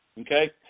Okay